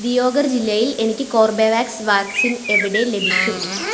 ദിയോഘർ ജില്ലയിൽ എനിക്ക് കോർബെവാക്സ് വാക്സിൻ എവിടെ ലഭിക്കും